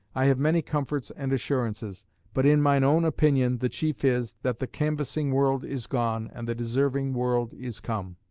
i have many comforts and assurances but in mine own opinion the chief is, that the canvassing world is gone, and the deserving world is come.